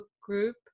group